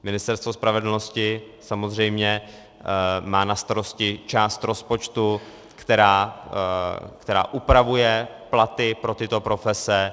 Ministerstvo spravedlnosti má samozřejmě na starosti část rozpočtu, která upravuje platy pro tyto profese.